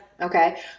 okay